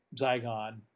Zygon